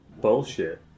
Bullshit